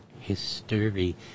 history